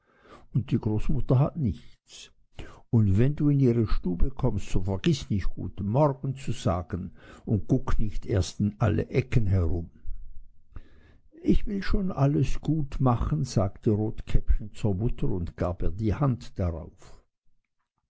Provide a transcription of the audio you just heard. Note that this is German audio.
und die großmutter hat nichts und wenn du in ihre stube kommst so vergiß nicht guten morgen zu sagen und guck nicht erst in alle ecken herum ich will schon alles gut machen sagte rotkäppchen zur mutter und gab ihr die hand darauf